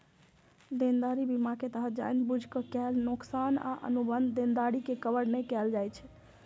देनदारी बीमा के तहत जानि बूझि के कैल नोकसान आ अनुबंध देनदारी के कवर नै कैल जाइ छै